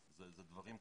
זה דברים קטנים.